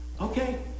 Okay